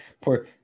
poor